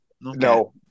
no